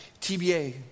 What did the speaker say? TBA